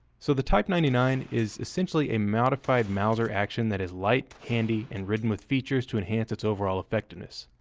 so the type ninety nine is essentially a modified mauser action that is light, handy, and ridden with features to enhance its overall effectiveness,